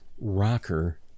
rocker